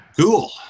Cool